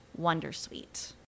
Wondersuite